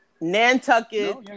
Nantucket